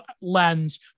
Lens